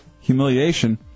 humiliation